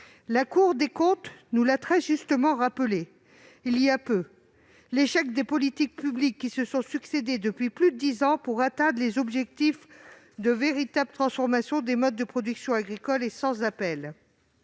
La Cour des comptes nous l'a très justement rappelé il y a peu, l'échec des politiques publiques qui se sont succédé depuis plus de dix ans pour atteindre l'objectif d'une véritable transformation des modes de production agricole est sans appel